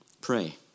Pray